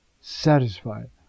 satisfied